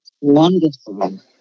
Wonderful